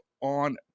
on